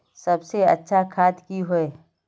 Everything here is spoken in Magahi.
सबसे अच्छा खाद की होय?